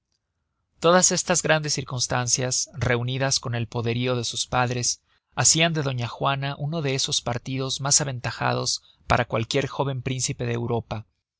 todas estas grandes circunstancias reunidas con el poderío de sus padres hacian de doña juana uno de esos partidos mas aventajados para cualquier jóven príncipe de europa